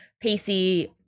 Pacey